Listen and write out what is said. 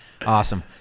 Awesome